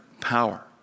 power